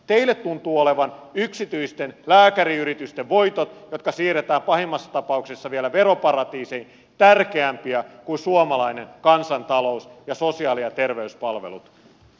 teille tuntuvat olevan yksityisten lääkäriyritysten voitot jotka siirretään pahimmassa tapauksessa vielä veroparatiiseihin tärkeämpiä kuin suomalainen kansantalous ja sosiaali ja terveyspalvelut